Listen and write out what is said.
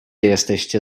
jesteście